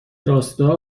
راستا